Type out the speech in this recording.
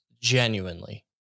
genuinely